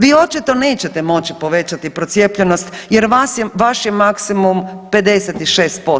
Vi očito nećete moći povećati procijepljenost jer vas, vaš je maksimum 56%